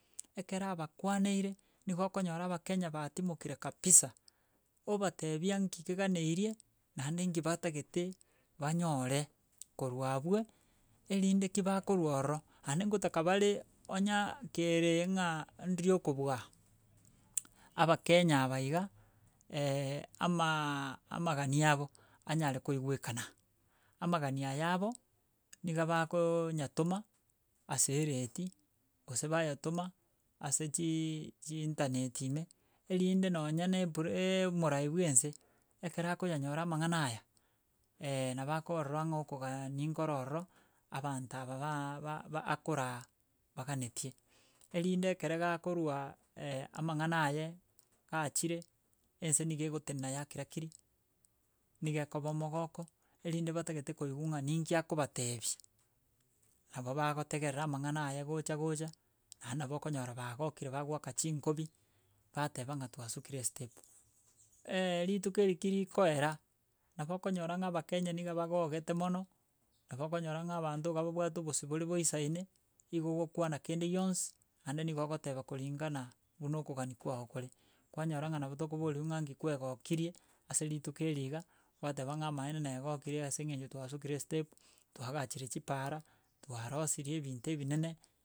Ekere abakwaneire nigo okonyora abakenya batimokire kabisa, obatebia nki keganeirie naende nki batagete banyore korwa abwo, erinde ki bakorwa ororo aende gotaka bare onya kere ng'a ndiri okobua abakenya aba iga amaaaa amagania abo anyare koegwekana, amagani aya abo niga bakonyatoma ase eredii gose bayetoma ase chiiii chii internet ime, erinde nonye na epre eeee omorai bwa ense, ekero akoyanyora amang'ana aya, nabo akorora ng'a okogaani nkoro ororo, abanto aba ba baaaa ba ba akoraa baganetie, erinde ekere gakorwa amang'ana aye, achire ense niga egotenena yakira kiri, niga ekoba omogoko erinde batagete koigwa ng'a ninki akobatebi. Nabo bagotegerera amang'ana aye gocha gocha, naende nabo okonyora bagokire bagoaka chinkobi, bateba ng'a twasukire estep. rituko eri ki rikoera nabo okonyora ng'a abakenya nigo bagogete mono, nabo okonyora ng'a abanto babobwate obosibori boisaine, igo ogokwana kende gionsi naende nigo ogoteba kuringana buna okogania kwago kore, kwanyora ng'a nabo tokoboriwu ng'a nki kwagokirie ase rituko eri iga, gwateba ng'a amaene naegokirie ase eng'encho twasukire estep, twaagachire chipaara twarosirie ebinto ebinene.